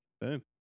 Boom